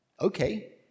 Okay